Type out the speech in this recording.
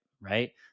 right